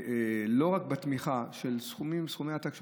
לא רק התמיכה של סכומי עתק,